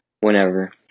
whenever